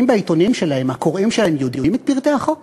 האם בעיתונים שלהם הקוראים שלהם יודעים את פרטי החוק?